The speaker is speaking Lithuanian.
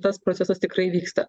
tas procesas tikrai vyksta